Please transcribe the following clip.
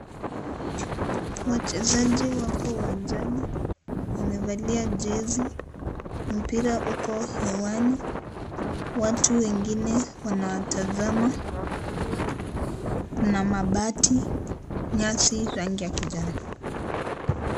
Wachezaji wako uwanjani. Wamevalia jezi, mpira uko hewani. Watu wengine wanawatazama. Kuna mabati, nyasi rangi ya kijani.